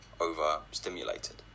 over-stimulated